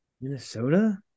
Minnesota